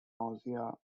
nausea